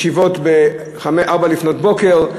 ישיבות בארבע לפנות בוקר,